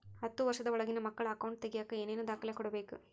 ಹತ್ತುವಷ೯ದ ಒಳಗಿನ ಮಕ್ಕಳ ಅಕೌಂಟ್ ತಗಿಯಾಕ ಏನೇನು ದಾಖಲೆ ಕೊಡಬೇಕು?